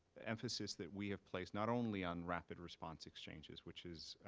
emphasis that we have placed, not only on rapid response exchanges, which is